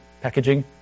packaging